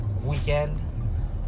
Weekend